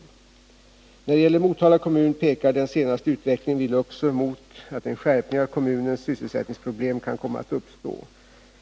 När det gäller Motala kommun pekar den senaste utvecklingen vid Luxor mot att en skärpning av kommunens sysselsättningsproblem kan komma att uppstå.